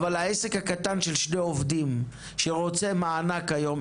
אבל העסק הקטן של שני עובדים שרוצה מענק היום,